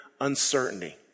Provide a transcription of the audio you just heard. uncertainty